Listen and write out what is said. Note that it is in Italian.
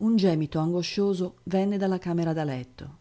un gemito angoscioso venne dalla camera da letto